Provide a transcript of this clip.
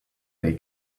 they